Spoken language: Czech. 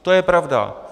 To je pravda.